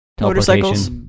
Motorcycles